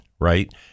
right